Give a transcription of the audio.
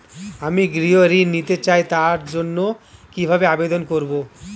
আমি গৃহ ঋণ নিতে চাই তার জন্য কিভাবে আবেদন করব?